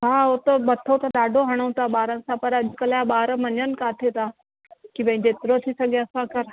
हा हू त मथो त ॾाढो हणूं था ॿारनि सां पर अॼु कल्ह जा ॿार मञनि किथे था की भई जेतिरो थी सघे असांखां